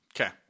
Okay